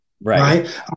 right